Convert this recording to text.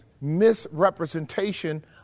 misrepresentation